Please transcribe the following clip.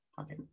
okay